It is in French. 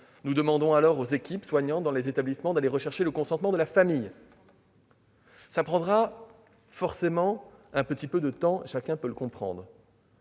nous demanderons aux équipes soignantes de ces établissements de rechercher le consentement de la famille. Cela prendra forcément un peu de temps, chacun peut le comprendre.